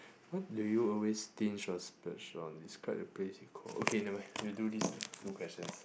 what do you always stinge or splurge on describe a place you okay never mind we'll do these two questions